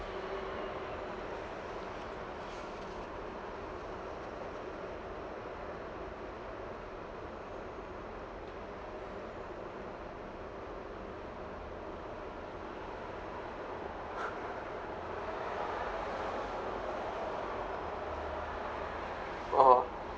(uh huh)